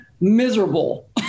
miserable